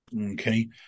Okay